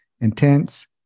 intense